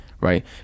right